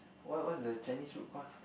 what what that's Chinese food call